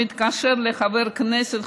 ומתקשר לחבר כנסת,